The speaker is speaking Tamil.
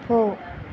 போ